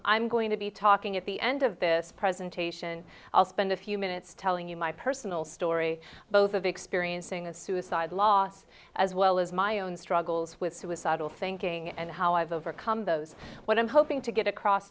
i'm going to be talking at the end of this presentation i'll spend a few minutes telling you my personal story both of experiencing a suicide loss as well as my own struggles with suicidal thinking and how i've overcome those what i'm hoping to get across